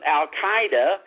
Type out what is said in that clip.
al-Qaeda